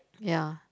yeah